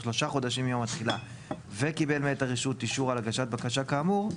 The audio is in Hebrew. שלושה חודשים מיום התחילה וקיבל מאת הרשות אישור על הגשת בקשה כאמור,